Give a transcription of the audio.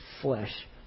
flesh